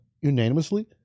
unanimously